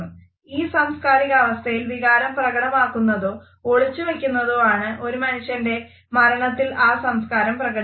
ഈ സാംസ്കാരികാവസ്ഥയിൽ വികാരം പ്രകടമാക്കുന്നതോ ഒളിച്ചുവയ്ക്കുന്നതോ ആണ് ഒരു മനുഷ്യൻറെ മരണത്തിൽ ആ സംസ്കാരം പ്രകടിപ്പിക്കുന്നത്